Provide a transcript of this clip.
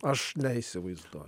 aš neįsivaizduoju